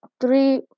three